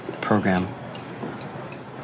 program